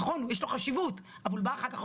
נכון, יש לו חשיבות, אבל הוא בא אחר כך.